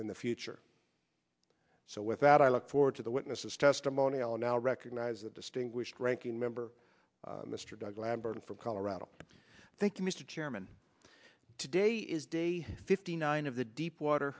in the future so with that i look forward to the witness's testimony all now recognize the distinguished ranking member mr doug lambert from colorado thank you mr chairman today is day fifty nine of the deepwater